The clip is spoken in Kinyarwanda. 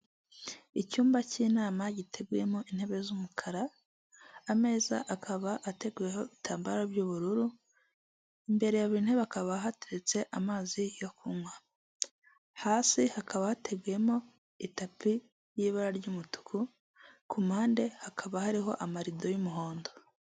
Icyumba cy'inama giteguyemo intebe z'umukara, ameza akaba ateguyeho ibitambaro by'ubururu, imbere ya buri ntebe hakaba hateretse amazi yo kunywa, hasi hakaba hateguyemo itapi y'ibara ry'umutuku, ku mpande hakaba hariho amarido y'umuhondo.